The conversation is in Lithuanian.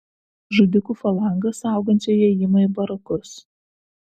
žudikų falangą saugančią įėjimą į barakus